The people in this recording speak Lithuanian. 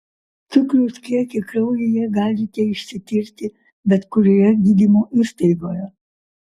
cukraus kiekį kraujyje galite išsitirti bet kurioje gydymo įstaigoje